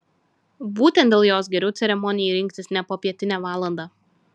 būtent dėl jos geriau ceremonijai rinktis ne popietinę valandą